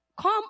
come